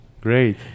Great